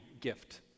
gift